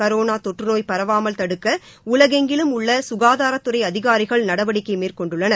corona தொற்றுநோய் பரவாமல் தடுக்க உலகெங்கிலும் உள்ள சுகாதாரத்துறை அதிகாரிகள் நடவடிக்கை மேற்கொண்டுள்ளனர்